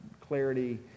clarity